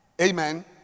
Amen